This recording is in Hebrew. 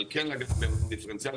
אבל כן לעשות מע"מ דיפרנציאלי.